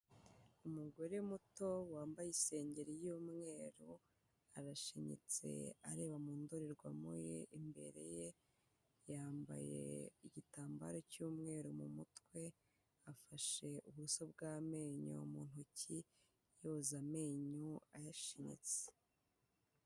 Umugore muto wambaye isengeri y'umweru, arashinyitse areba mu ndorerwamo ye imbere ye, yambaye igitambaro cy'umweru mu mutwe, afashe uburoso bw'amenyo mu ntoki yoza amenyo ayashinyitse.